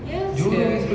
ya sia